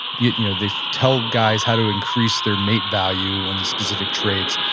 you you know, they tell guys how to increase their mate value on these specific traits.